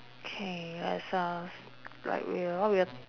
K let's ask like we were what we were